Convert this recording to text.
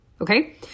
okay